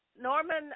Norman